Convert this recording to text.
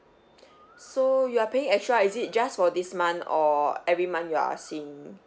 so you are paying extra is it just for this month or every month you are seeing